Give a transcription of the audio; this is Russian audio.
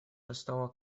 шестого